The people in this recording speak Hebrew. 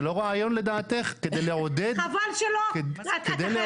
זה לא רעיון לדעתך כדי לעודד רשויות